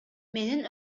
менин